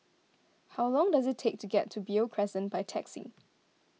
how long does it take to get to Beo Crescent by taxi